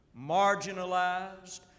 marginalized